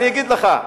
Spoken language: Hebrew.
אני אגיד לך,